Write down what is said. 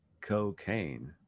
Cocaine